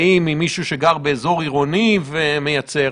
אנשים שבאו במגע קרוב עם החולה נתוני זיהוי,